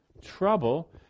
trouble